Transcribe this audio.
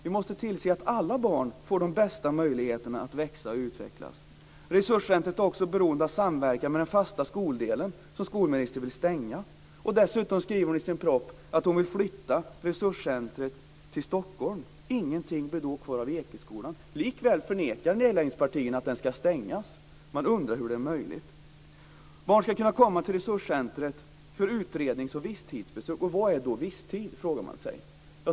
Vi måste se till att alla barn får de bästa möjligheterna att växa och utvecklas. Resurscentret är beroende av samverkan med den fasta skoldelen - som skolministern vill stänga. Dessutom skriver hon i propositionen att hon vill flytta resurscentret till Stockholm. Ingenting blir då kvar av Ekeskolan. Likväl förnekar nedläggningspartierna att den ska stängas. Man undrar hur det är möjligt. Barn ska kunna komma till resurscentret för utredning och visstidsbesök. Vad är då visstid?